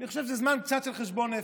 אני חושב שזה זמן קצת לחשבון נפש.